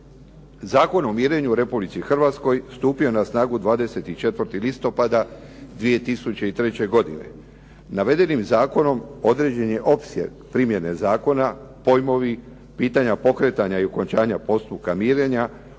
Zakon o mirenju u Republici Hrvatskoj stupio je na snagu 24. listopada 2003. godine. Navedenim zakonom određen je opseg primjene zakona, pojmovi, pitanja pokretanja i okončanja postupka mirenja,